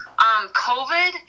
COVID